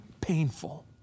painful